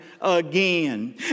again